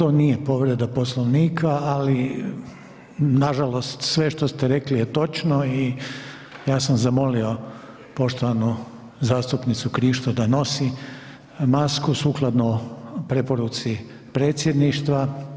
Ovaj, to nije povreda Poslovnika, ali nažalost, sve što ste rekli je točno i ja sam zamolio poštovanu zastupnicu Krišto da nosi masku sukladno preporuci predsjedništva.